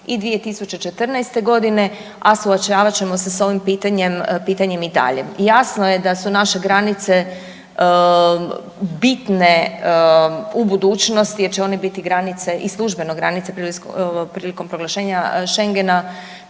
i 2014. godine, a suočavat ćemo se s ovim pitanjem i dalje. Jasno je da su naše granice bitne u budućnosti jer će one biti granice i službeno granice prilikom proglašenja Šengena,